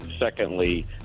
Secondly